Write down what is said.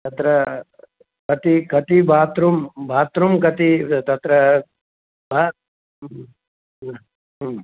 तत्र कति कति बात्रूं बात्रूं कति तत्र वा ह्म् ह्म्